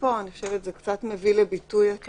פה זה קצת מביא לידי ביטוי את